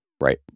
right